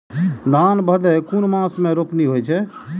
धान भदेय कुन मास में रोपनी होय छै?